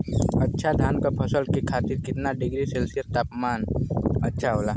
अच्छा धान क फसल के खातीर कितना डिग्री सेल्सीयस तापमान अच्छा होला?